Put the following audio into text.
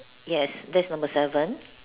yes that's number seven